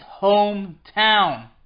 hometown